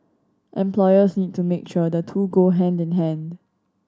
employers need to make sure the two go hand in hand